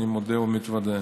אני מודה ומתוודה.